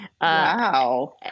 Wow